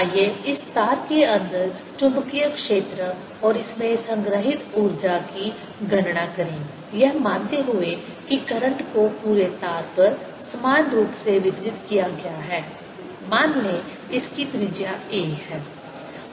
आइए इस तार के अंदर चुंबकीय क्षेत्र और इस में संग्रहित ऊर्जा की गणना करें यह मानते हुए कि करंट को पूरे तार पर समान रूप से वितरित किया गया है मान लें इसकी त्रिज्या a है